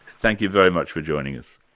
thank you very much for joining us.